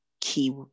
key